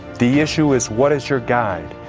the issue is what is your guide?